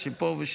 עד שפה ושם,